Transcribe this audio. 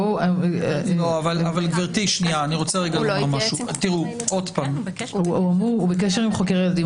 בואו --- גברתי שנייה --- הוא בקשר עם חוקר הילדים,